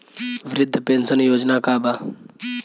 वृद्ध पेंशन योजना का बा?